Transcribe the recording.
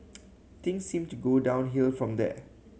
things seemed to go downhill from there